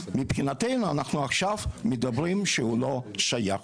מבחינתנו, אנחנו עכשיו מדברים שהוא לא שייך.